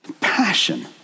passion